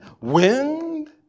Wind